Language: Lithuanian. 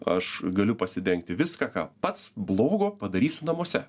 aš galiu pasidengti viską ką pats blogo padarysiu namuose